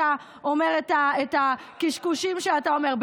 אתה אומר את הקשקושים שאתה אומר.